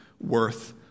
worth